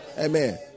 Amen